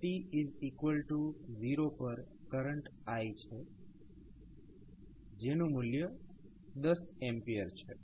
t0 પર current I છે જેનું મૂલ્ય 10 A છે